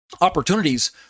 opportunities